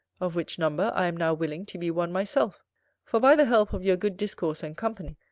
of which number i am now willing to be one myself for, by the help of your good discourse and company,